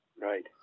Right